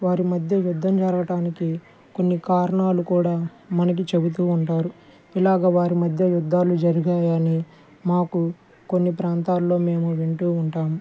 వారి మధ్య యుద్ధం జరగటానికి కొన్ని కారణాలు కూడా మనకి చెబుతూ ఉంటారు ఇలాగా వారి మధ్య యుద్ధాలు జరిగాయని మాకు కొన్ని ప్రాంతాల్లో మేము వింటూ ఉంటాము